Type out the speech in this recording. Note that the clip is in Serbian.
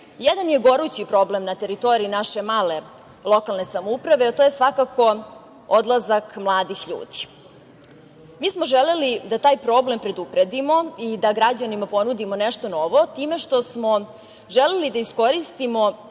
jedan je gorući problem na teritoriji naše male lokalne samouprave, a to je svakako odlazak mladih ljudi. Mi smo želeli da taj problem predupredimo i da građanima ponudimo nešto novo time što smo želeli da iskoristimo